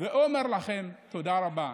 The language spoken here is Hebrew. ואומר לכן תודה רבה.